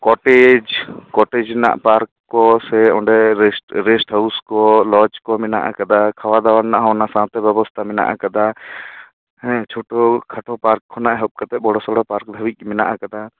cottage cottage ᱨᱮᱱᱟᱜ park ᱠᱚ ᱥᱮ ᱚᱸᱰᱮ ᱨᱮᱥᱴ ᱨᱮᱥᱴ ᱦᱟᱣᱩᱥᱠᱚ ᱞᱚᱡᱽ ᱠᱚ ᱢᱮᱱᱟ ᱟᱠᱟᱫᱟ ᱠᱷᱟᱣᱟ ᱫᱟᱣᱟ ᱨᱮᱱᱟᱜ ᱦᱚᱸ ᱚᱱᱟ ᱥᱟᱶᱛᱮ ᱵᱮᱵᱚᱥᱛᱷᱟ ᱢᱮᱱᱟᱜ ᱟᱠᱟᱫᱟ ᱦᱮᱸ ᱪᱷᱳᱴᱳ ᱠᱷᱟᱴᱳ ᱯᱟᱨᱠ ᱠᱷᱚᱱᱟ ᱮᱦᱚᱵ ᱠᱟᱛᱮ ᱵᱚᱲᱚ ᱥᱚᱲᱚ ᱯᱟᱨᱠ ᱫᱷᱟᱹᱵᱤᱡ ᱢᱮᱱᱟᱜ ᱟᱠᱟᱫᱟ